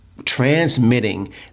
Transmitting